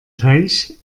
teich